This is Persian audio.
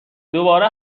دوباره